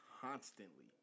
constantly